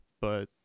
but-